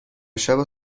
شبو